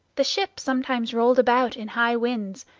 the ship sometimes rolled about in high winds,